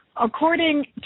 According